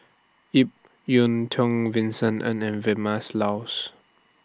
Ip Yiu Tung Vincent Ng and Vilmas Laus